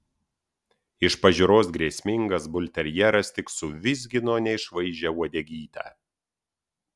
iš pažiūros grėsmingas bulterjeras tik suvizgino neišvaizdžią uodegytę